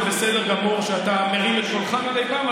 זה בסדר גמור שאתה מרים את קולך מדי פעם,